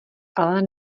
ale